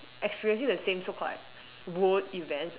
experiencing the same so called like world events